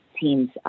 team's